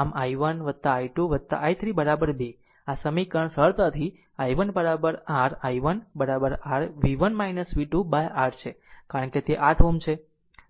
આમ i1 i 2 i3 2 આ સમીકરણ સરળતાથી i1 r i1 r v1 v2 by 8 છે કારણ કે તે 8 Ω છે